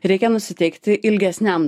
reikia nusiteikti ilgesniam